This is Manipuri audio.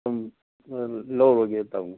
ꯁꯨꯝ ꯂꯧꯔꯒꯦ ꯇꯧꯅꯤ